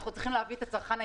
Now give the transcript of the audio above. אם אתם רואים שקורים מחדלים,